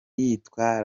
yitwa